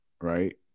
right